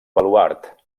baluard